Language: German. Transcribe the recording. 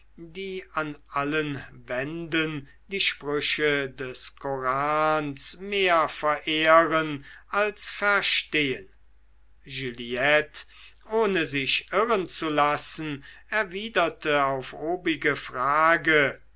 die an allen wänden die sprüche des korans mehr verehren als verstehen juliette ohne sich irren zu lassen erwiderte auf obige frage